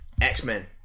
X-Men